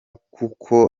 kuko